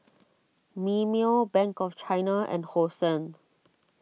Mimeo Bank of China and Hosen